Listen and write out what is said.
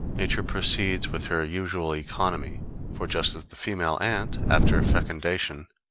nature proceeds with her usual economy for just as the female ant, after fecundation,